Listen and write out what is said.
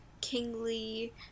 kingly